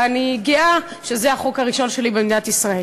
ואני גאה שזה החוק הראשון שלי במדינת ישראל.